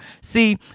see